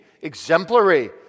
exemplary